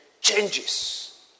changes